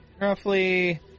roughly